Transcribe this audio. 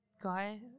guy